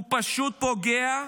הוא פשוט פוגע,